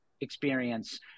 experience